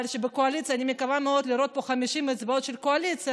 אבל אני מקווה מאוד לראות פה 50 אצבעות של קואליציה,